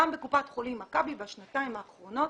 גם בקופת חולים מכבי בשנתיים האחרונות